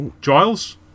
Giles